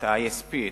את ה-ESP,